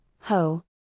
ho